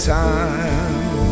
time